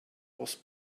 was